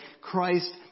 Christ